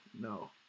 no